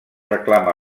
reclama